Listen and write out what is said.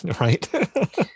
right